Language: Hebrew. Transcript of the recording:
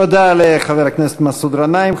תודה לחבר הכנסת מסעוד גנאים.